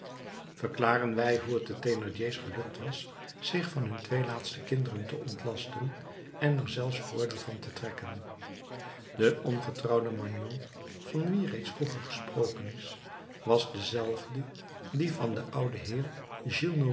verklaren wij hoe het den thénardiers gelukt was zich van hun twee laatste kinderen te ontlasten en er zelfs voordeel van te trekken de ongetrouwde magnon van wie reeds vroeger gesproken is was dezelfde die van den ouden heer